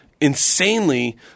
insanely